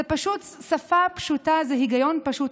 זה פשוט שפה פשוטה, זה היגיון פשוט.